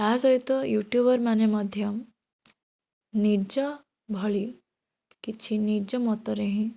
ତା ସହିତ ୟୁଟ୍ୟୁବର୍ ମାନେ ମଧ୍ୟ ନିଜ ଭଳି କିଛି ନିଜ ମତରେ ହିଁ